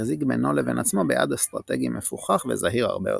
החזיק בינו לבין עצמו ביעד אסטרטגי מפוכח וזהיר הרבה יותר.